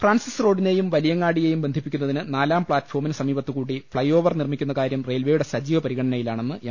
Francis റോഡിനെയും വലിയങ്ങാടിയെയും ബന്ധിപ്പിക്കുന്നതിന് നാലാം പ്ലാറ്റ്ഫോമിന് സമീപത്തുകൂടി ഫ്ളൈഓവർ നിർമ്മിക്കുന്ന കാര്യം റെയിൽവെയുടെ സജീവ പരിഗണനയിലാണെന്ന് എം